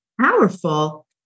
powerful